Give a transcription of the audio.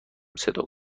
صدا